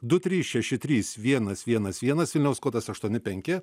du trys šeši trys vienas vienas vienas vilniaus kodas aštuoni penki